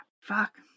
fuck